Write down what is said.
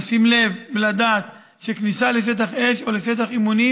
לשים לב ולדעת שכניסה לשטח אש או לשטח אימונים